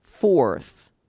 fourth